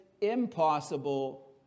impossible